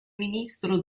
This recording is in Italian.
ministro